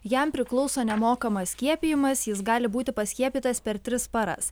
jam priklauso nemokamas skiepijimas jis gali būti paskiepytas per tris paras